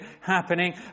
happening